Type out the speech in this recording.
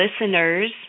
listeners